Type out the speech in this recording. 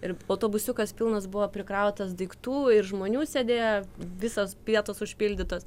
ir autobusiukas pilnas buvo prikrautas daiktų ir žmonių sėdėjo visos vietos užpildytos